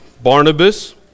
Barnabas